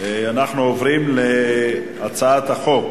ולהעביר לוועדה המשותפת את הצעת חוק